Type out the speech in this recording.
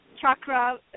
Chakra